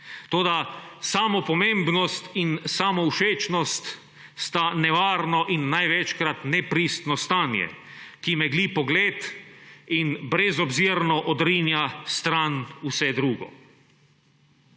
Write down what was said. Toda samopomembnost in samovšečnost sta nevarno in največkrat nepristno stanje, ki megli pogled in brezobzirno odrinja stran vse drugo.